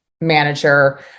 manager